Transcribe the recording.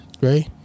right